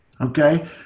Okay